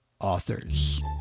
Authors